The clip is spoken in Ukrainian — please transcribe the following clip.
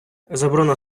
заборона